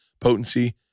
potency